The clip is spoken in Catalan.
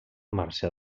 marxà